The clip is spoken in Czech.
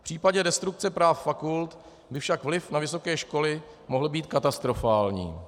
V případě destrukce práv fakult by však vliv na vysoké školy mohl být katastrofální.